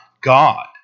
God